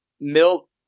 Milt